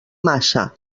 massa